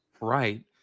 Right